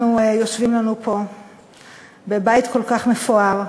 אנחנו יושבים לנו פה בבית כל כך מפואר,